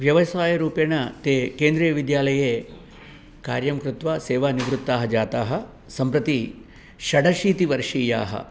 व्यवसायरूपेण ते केन्द्रीयविद्यालये कार्यं कृत्वा सेवानिवृत्ताः जाताः सम्प्रति षडशीतिवर्षीयाः